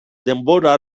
denbora